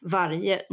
varje